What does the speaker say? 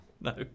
No